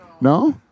No